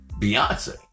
Beyonce